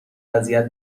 اذیت